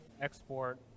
export